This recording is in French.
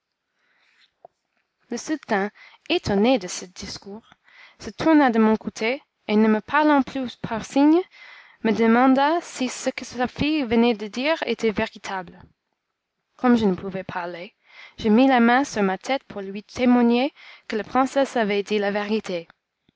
le sultan étonné de ce discours se tourna de mon côté et ne me parlant plus par signe me demanda si ce que sa fille venait de dire était véritable comme je ne pouvais parler je mis la main sur ma tête pour lui témoigner que la princesse avait dit la vérité